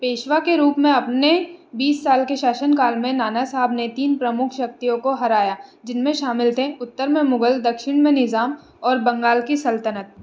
पेशवा के रूप में अपने बीस साल के शासनकाल में नाना साहब ने तीन प्रमुख शक्तियों को हराया जिनमें शामिल थे उत्तर में मुगल दक्षिण में निज़ाम और बंगाल की सल्तनत